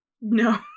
No